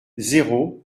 zéro